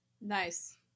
Nice